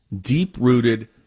deep-rooted